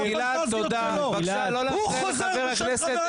הוא חוזר בשם חבר הכנסת פוגל.